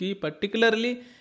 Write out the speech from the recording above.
particularly